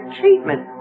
treatment